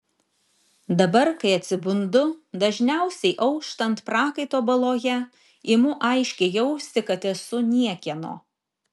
dabar kai atsibundu dažniausiai auštant prakaito baloje imu aiškiai jausti kad esu niekieno